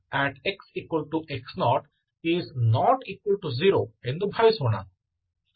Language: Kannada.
ಆದ್ದರಿಂದ ನಾವು dFdx|x x0≠0 ಎಂದು ಭಾವಿಸೋಣ